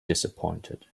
disappointed